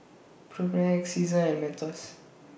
Propnex Seasons and Mentos